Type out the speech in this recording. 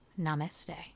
Namaste